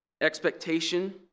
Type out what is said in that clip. expectation